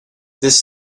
this